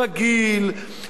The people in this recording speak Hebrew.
רגיל,